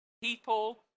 people